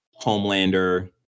Homelander